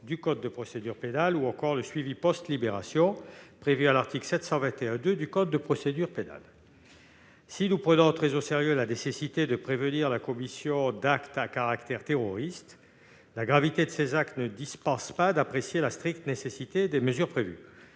du code de procédure pénale ou encore le suivi post-libération, prévu à l'article 721-2 du même code. Si nous prenons très au sérieux la nécessité de prévenir la commission d'actes à caractère terroriste, la gravité de ces actes ne dispense pas d'apprécier la stricte nécessité des mesures prévues.